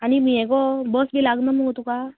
आनी ये गो बस बी लागना मगो तुका